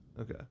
Okay